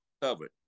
covered